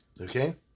okay